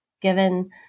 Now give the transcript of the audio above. given